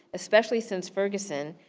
especially since ferguson,